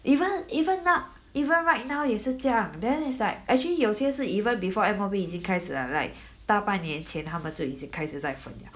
even even now even right now 也是这样 then is like actually 有些是 even before M_O_P 已经开始了 right 大半年前他们就已经就开始在分了